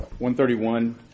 131